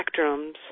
spectrums